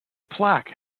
plaque